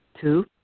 Two